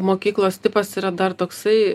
mokyklos tipas yra dar toksai